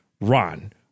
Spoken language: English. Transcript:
Ron